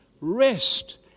rest